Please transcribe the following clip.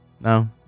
No